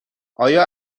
آیا